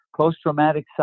post-traumatic